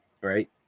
Right